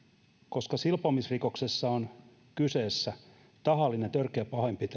koska silpomisrikoksessa on kyseessä tahallinen törkeä